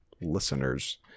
listeners